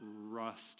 rust